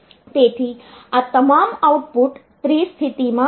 તેથી આ તમામ આઉટપુટ ત્રિ સ્થિતિમાં હશે